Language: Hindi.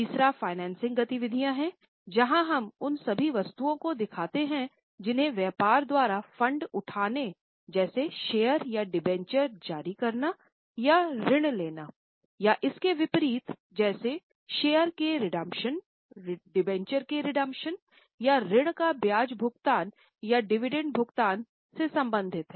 तीसरा फाइनेंसिंग गतिविधियों हैजहाँ हम उन सभी वस्तुओं को दिखाते हैं जिन्हें व्यापार द्वारा फंड उठाने जैसे शेयर या डिबेंचर जारी करना या ऋण लेना और इसके विपरीतजैसे शेयर के रिडेम्पशनडिबेंचर के रिडेम्पशन या ऋण का ब्याज भुगतान या डिविडेंड भुगतान से संबंधित है